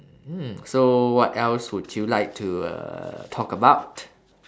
mm so what else would you like to uh talk about